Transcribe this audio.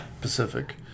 Pacific